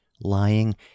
lying